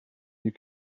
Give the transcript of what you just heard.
you